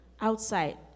outside